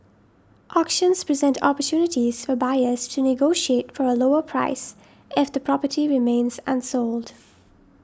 auctions present opportunities for buyers to negotiate for a lower price if the property remains unsold